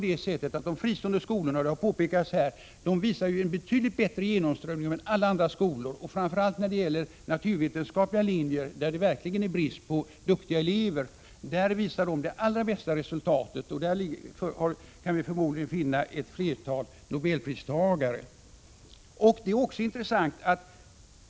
De fristående skolorna visar en betydligt bättre genomströmning än alla andra skolor framför allt på naturvetenskapliga linjer, där det verkligen är brist på duktiga elever. Där visar de fristående skolorna det allra bästa resultatet. Där kan vi förmodligen finna ett flertal Nobelpristagare.